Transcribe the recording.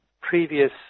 previous